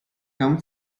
come